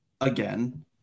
again